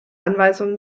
anweisungen